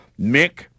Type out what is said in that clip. Mick